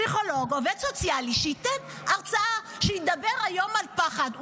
עובד סוציאלי, שייתן הרצאה, שידבר היום על פחד.